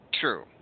True